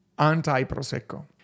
anti-Prosecco